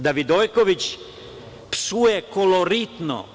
Da Vidojković psuje koloritno.